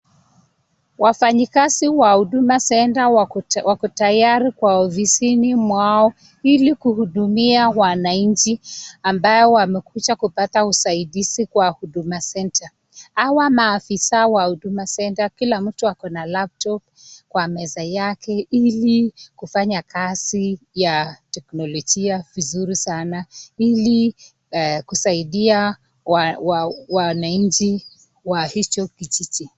Wafanyikazi wa huduma center wako tayari kwa ofisini mwao ili kuhudumia wananchi ambao wamekuja kupata usaidizi kwa huduma center , hawa maafisaa wa huduma center kila mtu ako na laptop kwa meza yake ili kufanya kazi ya teknojia vizuri sana, ili kusaidia wananchi wa hicho kijiji.